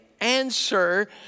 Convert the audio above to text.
answer